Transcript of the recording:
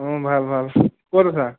অঁ ভাল ভাল ক'ত আছা